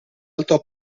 alto